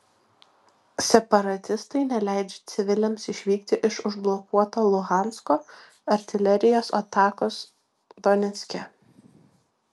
separatistai neleidžia civiliams išvykti iš užblokuoto luhansko artilerijos atakos donecke